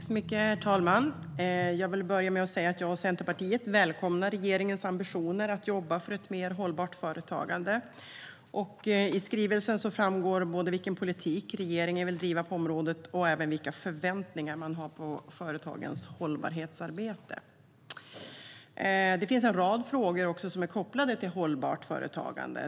Herr talman! Jag vill börja med att säga att jag och Centerpartiet välkomnar regeringens ambitioner att jobba för ett mer hållbart företagande. I skrivelsen framgår både vilken politik regeringen vill driva på området och vilka förväntningar man har på företagens hållbarhetsarbete. Det finns en rad frågor som är kopplade till hållbart företagande.